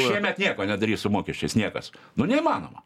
šiemet nieko nedarys su mokesčiais niekas nu neįmanoma